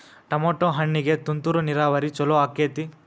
Tomato ಹಣ್ಣಿಗೆ ತುಂತುರು ನೇರಾವರಿ ಛಲೋ ಆಕ್ಕೆತಿ?